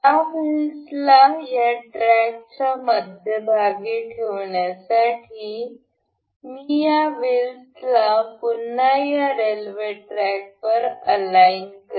या व्हीलसला या ट्रॅकच्या मध्यभागी ठेवण्यासाठी मी या व्हीलसला पुन्हा या रेल्वे ट्रॅक वर अलाइन करीन